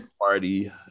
Party